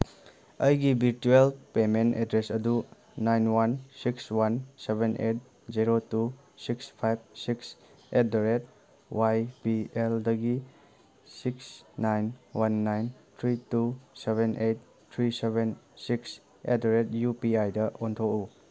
ꯑꯩꯒꯤ virtual payment address ꯑꯗꯨ nine one six one seven eight zero two six five six at the rate Y B ꯑꯦꯜꯗꯒꯤ six nine one nine three two seven eight three seven six at the rate U P ID ꯑꯣꯟꯊꯣꯛꯎ